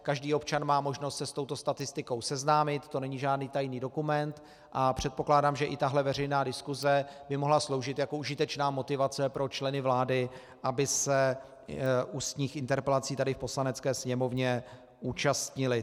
Každý občan má možnost se s touto statistikou seznámit, to není žádný tajný dokument, a předpokládám, že i tahle veřejná diskuse by mohla sloužit jako užitečná motivace pro členy vlády, aby se ústních interpelací tady v Poslanecké sněmovně účastnili.